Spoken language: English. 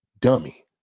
Dummy